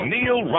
Neil